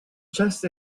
just